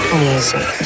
music